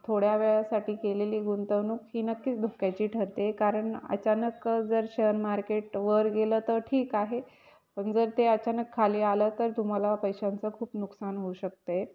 थोड्या वेळासाठी केलेली गुंतवणूक ही नक्कीच धोक्याची ठरते कारण अचानक जर शेअर मार्केट वर गेलं तर ठीक आहे पण जर ते अचानक खाली आलं तर तुम्हाला पैशांचं खूप नुकसान होऊ शकतंय